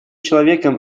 человеком